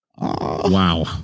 wow